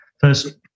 first